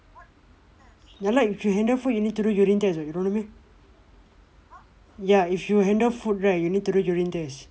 ya lah if you handle food you need to do urine test [what] you don't know meh ya if you handle food right you need to do urine test